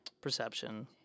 Perception